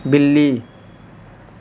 बिल्ली